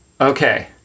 okay